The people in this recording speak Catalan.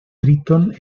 tríton